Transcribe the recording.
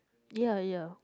ya ya